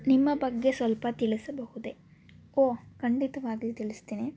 ನಿಮ್ಮ ಬಗ್ಗೆ ಸ್ವಲ್ಪ ತಿಳಿಸಬಹುದೆ ಓ ಖಂಡಿತವಾಗಲೂ ತಿಳಿಸ್ತೇನೆ